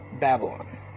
Babylon